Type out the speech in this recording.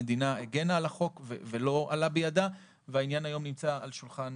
המדינה הגנה על החוק ולא עלה בידה והעניין נמצא היום על שולחן